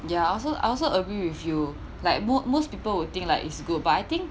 ya I also I also agree with you like mo~ most people would think like it's good but I think